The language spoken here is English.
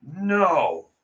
No